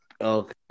Okay